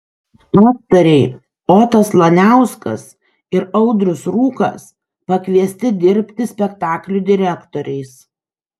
aktoriai otas laniauskas ir audrius rūkas pakviesti dirbti spektaklių direktoriais